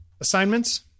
Assignments